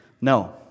No